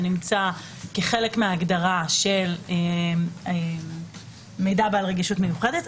שנמצא כחלק מההגדרה של מידע בעל רגישות מיוחדת,